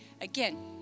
Again